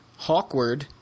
Hawkward